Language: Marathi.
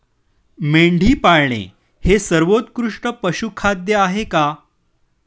मेंढी पाळणे हे सर्वोत्कृष्ट पशुखाद्य आहे का?